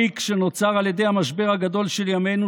הריק שנוצר על ידי המשבר הגדול של ימינו,